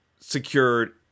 secured